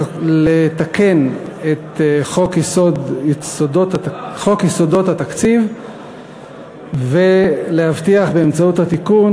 לתקן את חוק יסודות התקציב ולהבטיח באמצעות התיקון